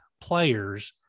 players